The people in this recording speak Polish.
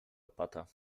opata